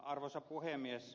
arvoisa puhemies